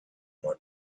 more